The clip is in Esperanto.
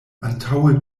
antaŭe